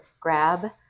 grab